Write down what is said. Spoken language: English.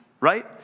right